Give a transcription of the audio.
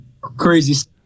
Crazy